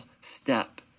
step